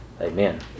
Amen